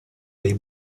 dei